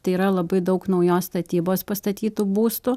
tai yra labai daug naujos statybos pastatytų būstų